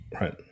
Right